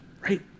right